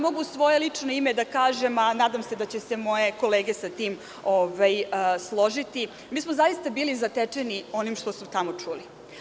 Mogu u svoje lično ime da kažem, a nadam se da će se moje kolege sa tim složiti, mi smo zaista bili zatečeni onim što smo tamo čuli.